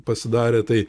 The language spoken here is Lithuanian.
pasidarė tai